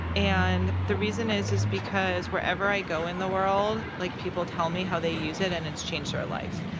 and the reason is is because wherever i go in the world, like, people tell me how they use it and it's changed their life.